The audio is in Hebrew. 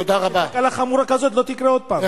כדי שתקלה חמורה כזאת לא תקרה עוד פעם.